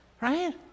right